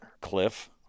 cliff